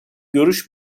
görüş